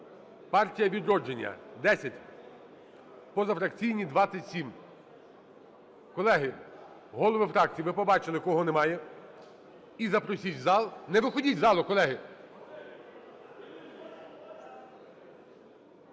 "Партія "Відродження" – 10, позафракційні – 27. Колеги, голови фракцій, ви побачили, кого немає, і запросіть у зал. Не виходьте з залу, колеги!